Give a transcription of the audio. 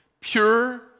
Pure